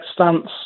stance